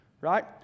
right